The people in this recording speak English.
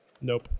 Nope